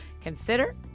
consider